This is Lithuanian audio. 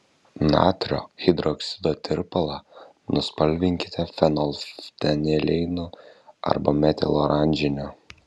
natrio hidroksido tirpalą nuspalvinkite fenolftaleinu arba metiloranžiniu